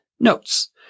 Notes